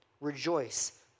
rejoice